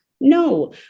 No